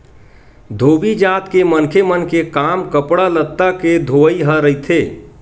धोबी जात के मनखे मन के काम कपड़ा लत्ता के धोवई ह रहिथे